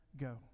go